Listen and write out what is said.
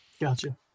Gotcha